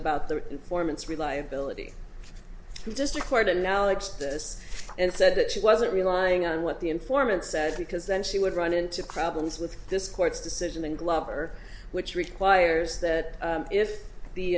about the informants reliability just required and knowledge this and said that she wasn't relying on what the informant says because then she would run into problems with this court's decision and glover which requires that if the